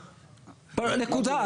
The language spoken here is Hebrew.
נקודה.